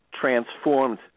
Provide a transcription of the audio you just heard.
transformed